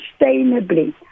sustainably